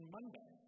Monday